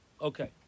Okay